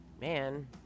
man